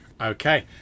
Okay